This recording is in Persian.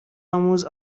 آموز